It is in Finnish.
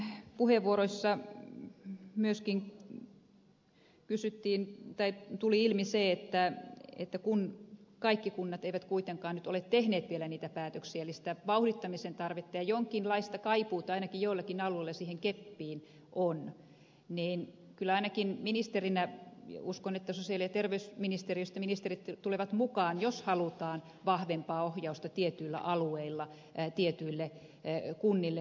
sitten puheenvuoroissa myöskin kysyttiin tai tuli ilmi se että kun kaikki kunnat eivät kuitenkaan nyt ole tehneet vielä niitä päätöksiä eli sitä vauhdittamisen tarvetta ja jonkinlaista kaipuuta ainakin joillakin alueilla siihen keppiin on niin kyllä ainakin ministerinä uskon että sosiaali ja terveysministeriöstä ministerit tulevat mukaan jos halutaan vahvempaa ohjausta tietyillä alueilla tietyille kunnille